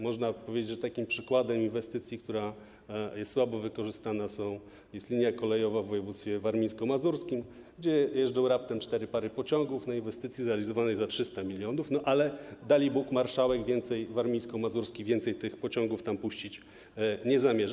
Można powiedzieć, że przykładem inwestycji, która jest słabo wykorzystana, jest linia kolejowa w województwie warmińsko-mazurskim, gdzie jeżdżą raptem cztery pary pociągów na inwestycji zrealizowanej za 300 mln, ale dalibóg marszałek warmińsko-mazurski więcej tych pociągów tam puścić nie zamierza.